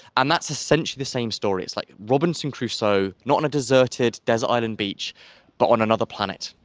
and that's essentially the same story. it's like robinson crusoe not on a deserted desert island beach but on another planet.